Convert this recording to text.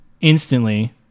instantly